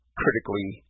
critically